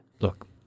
look